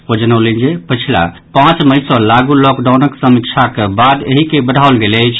ओ जनौलनि जे पछिला पांच मई सँ लागू लॉकडाउनक समीक्षाक बाद एहि के बढ़ाओल गेल अछि